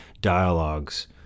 dialogues